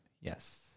Yes